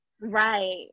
Right